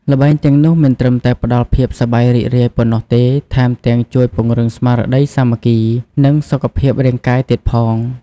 ល្បែងទាំងនោះមិនត្រឹមតែផ្តល់ភាពសប្បាយរីករាយប៉ុណ្ណោះទេ ថែមទាំងជួយពង្រឹងស្មារតីសាមគ្គី និងសុខភាពរាងកាយទៀតផង ។